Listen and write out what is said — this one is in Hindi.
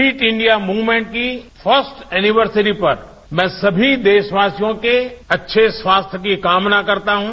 फिट इंडिया मूवमेंट की फर्स्ट एनीवर्सरी पर मैं सभी देशवासियों के अच्छे स्वास्थ्य की कामना करता हूं